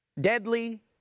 deadly